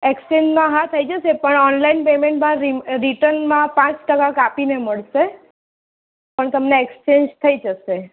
એકચેન્જમાં હા થઈ જશે પણ ઓનલાઈન પેમેન્ટ બહાર રિન રિટર્નમાં પાંચ ટકા કાપીને મળશે પણ તમને એકચેન્જ થઈ જશે